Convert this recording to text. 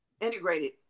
integrated